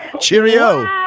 Cheerio